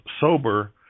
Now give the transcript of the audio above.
sober